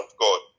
God